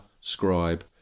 scribe